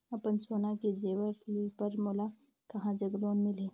अपन सोना के जेवर पर मोला कहां जग लोन मिलही?